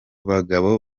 bagabo